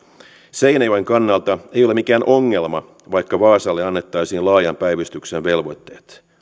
seinäjoen kannalta ei ole mikään ongelma vaikka vaasalle annettaisiin laajan päivystyksen velvoitteet